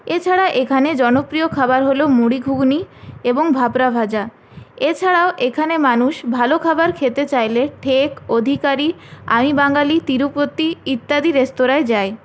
এছাড়া এখানে জনপ্রিয় খাবার হল মুড়ি ঘুগনি এবং ভাপড়া ভাজা এছাড়াও এখানে মানুষ ভালো খাবার খেতে চাইলে ঠেক অধিকারী আমি বাঙালি তিরুপতি ইত্যাদি রেঁস্তোরায় যায়